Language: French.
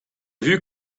vue